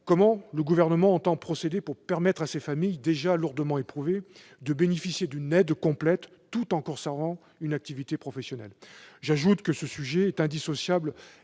Comment le Gouvernement entend-il procéder pour permettre à ces familles, déjà lourdement éprouvées, de bénéficier d'une aide complète tout en conservant une activité professionnelle ? J'ajoute que cette question est indissociable